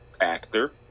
actor